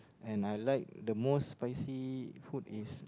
and I like the most spicy food is